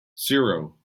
zero